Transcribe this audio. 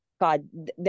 God